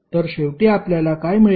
तर शेवटी आपल्याला काय मिळेल